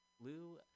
Lou